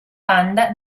banda